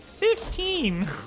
Fifteen